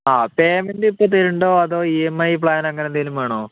ആ പേമെന്റ് ഇപ്പോൾ തരുന്നുണ്ടോ അതൊ ഇ എം ഐ പ്ലാൻ അങ്ങനെ എന്തെങ്കിലും വേണോ